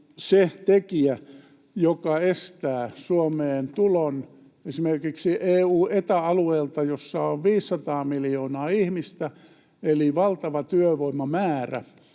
se tekijä, joka estää Suomeen tulon esimerkiksi EU- ja Eta-alueelta, jossa on 500 miljoonaa ihmistä eli valtava työvoimamäärä,